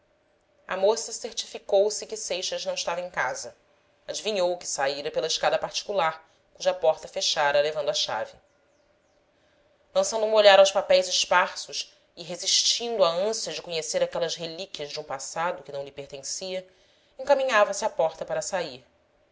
a moça certificou se que seixas não estava em casa adivinhou que saíra pela escada particular cuja porta fechara levando a chave lançando um olhar aos papéis esparsos e resistindo à ânsia de conhecer aquelas relíquias de um passado que não lhe pertencia encaminhava se à porta para sair